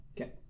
Okay